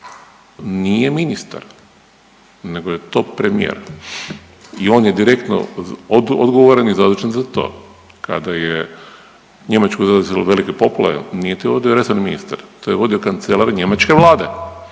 nije ministar, nego je to premijer i on je direktno odgovaran i zadužen za to. Kada je Njemačku zadesilo velike poplave nije to vodio resorni ministar, to je vodio kancelar njemačke Vlade